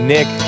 Nick